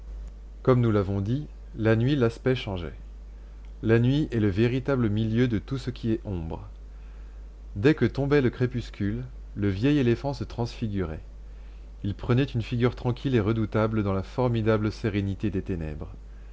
comme nous l'avons dit la nuit l'aspect changeait la nuit est le véritable milieu de tout ce qui est ombre dès que tombait le crépuscule le vieil éléphant se transfigurait il prenait une figure tranquille et redoutable dans la formidable sérénité des ténèbres